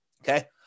Okay